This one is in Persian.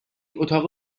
اتاق